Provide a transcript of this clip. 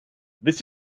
this